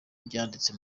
n’ibyanditse